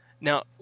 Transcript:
Now